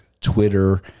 Twitter